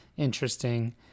interesting